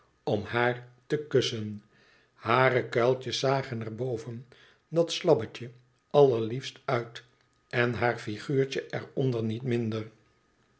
om haar te kussen hare kuiltjes zagen er boven dat slabbetje allerliefst uit en haar figuurje er onder niet minder